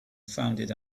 founded